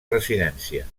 residència